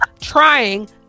trying